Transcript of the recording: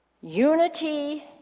Unity